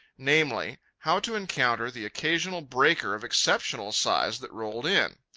namely, how to encounter the occasional breaker of exceptional size that rolled in.